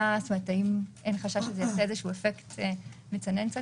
והאם אין חשש שזה יעשה איזשהו אפקט מצנן קצת